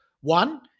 one